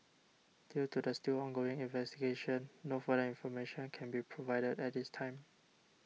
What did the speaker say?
due to the still ongoing investigation no further information can be provided at this time